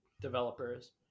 developers